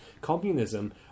communism